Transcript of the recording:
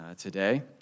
today